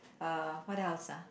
uh what else ah